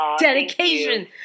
Dedication